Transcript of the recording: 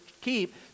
keep